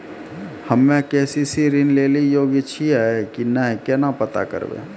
हम्मे के.सी.सी ऋण लेली योग्य छियै की नैय केना पता करबै?